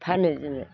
फानो जोङो